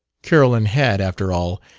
carolyn had, after all,